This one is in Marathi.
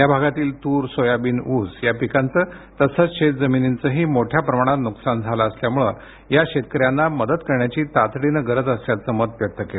या भागातील तूर सोयाबीन उस या पिकांचे तसंच शेतजमिनींचंही मोठ्या प्रमाणात नुकसान झाल असल्यामुळे या शेतकऱ्यांना मदत करण्याची तातडीने गरज असल्याच मत व्यक्त केलं